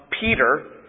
Peter